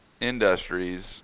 industries